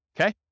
Okay